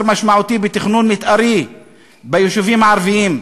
משמעותי בתכנון מתארי ביישובים הערביים,